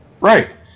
right